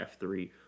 F3